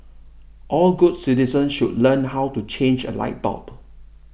all good citizens should learn how to change a light bulb